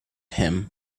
him